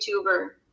YouTuber